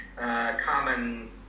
Common